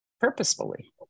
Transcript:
purposefully